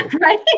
right